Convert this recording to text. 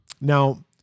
Now